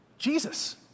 Jesus